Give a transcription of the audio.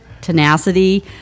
tenacity